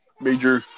major